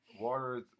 Water